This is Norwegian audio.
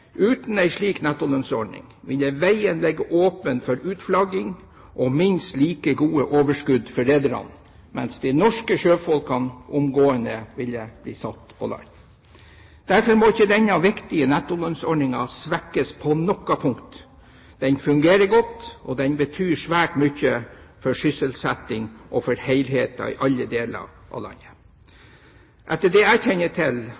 Uten en slik nettolønnsordning ville veien ligge åpen for uflagging og minst like gode overskudd for rederne, mens de norske sjøfolkene omgående ville bli satt på land. Derfor må ikke denne viktige nettolønnsordningen svekkes på noe punkt. Den fungerer godt, og den betyr svært mye for sysselsetting og for helheten i alle deler av landet. Etter det jeg kjenner til,